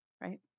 Right